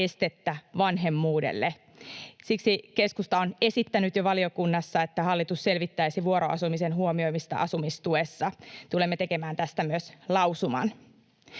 estettä vanhemmuudelle. Siksi keskusta on esittänyt jo valiokunnassa, että hallitus selvittäisi vuoroasumisen huomioimista asumistuessa. Tulemme tekemään tästä myös lausuman.